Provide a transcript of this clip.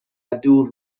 دور